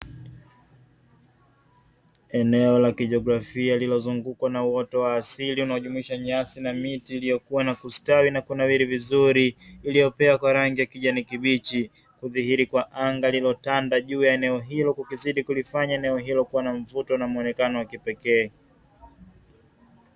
Eneo la kijiografia lililozungukwa na uoto wa asili unaojumuisha nyasi na miti iliyokuwa na kustawi na kunawili vizuri, iliyopea kwa rangi ya kijani kibichi, kudhihiri kwa anga lililotanda juu ya eneo hilo kukizidi kulifanya eneo hilo kuwa na mvuto na muonekano wa kipekee.